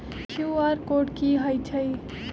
QR code कि हई छई?